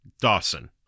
Dawson